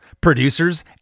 producers